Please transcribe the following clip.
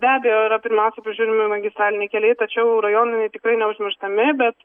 be abejo yra pirmiausia prižiūrimi magistraliniai keliai tačiau rajoniniai tikrai neužmirštami bet